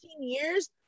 years